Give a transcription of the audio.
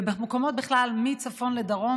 ובכלל במקומות מצפון לדרום.